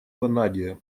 ванадия